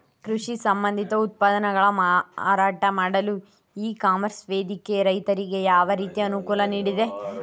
ಕೃಷಿ ಸಂಬಂಧಿತ ಉತ್ಪನ್ನಗಳ ಮಾರಾಟ ಮಾಡಲು ಇ ಕಾಮರ್ಸ್ ವೇದಿಕೆ ರೈತರಿಗೆ ಯಾವ ರೀತಿ ಅನುಕೂಲ ನೀಡಿದೆ?